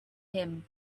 him